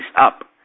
up